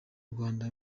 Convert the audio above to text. rwanda